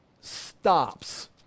stops